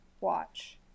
watch